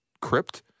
crypt